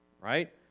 right